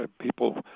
people